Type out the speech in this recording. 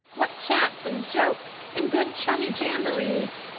what chats and jokes and good chummy jamborees!